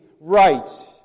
right